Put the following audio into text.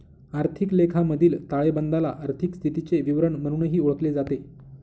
आर्थिक लेखामधील ताळेबंदाला आर्थिक स्थितीचे विवरण म्हणूनही ओळखले जाते